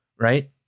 right